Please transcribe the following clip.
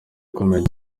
ikomeye